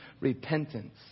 repentance